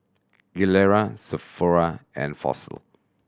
Gilera Sephora and Fossil